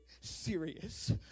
serious